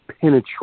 penetrate